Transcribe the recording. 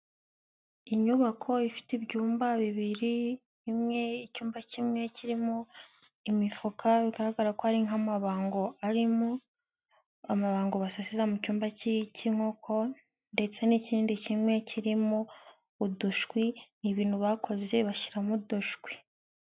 Inyubako ifite ibyumba bibiri, imwe icyumba kimwe kirimo imifuka bigaragara ko ari nk'amabango arimo, amabango basesera mu cyumba cy' inkoko ndetse n'ikindi kimwe kirimo udushwi ni ibintu bakoze bashyiramo udushwi.